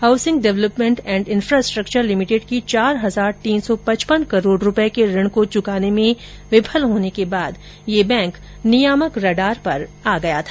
housing development and infrastructure limited की चार हजार तीन सौ पचपन करोड़ रूपये के ऋण को चुकाने में विफल होने के बाद यह बैंक नियामक रडार पर आ गया था